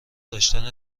داشتن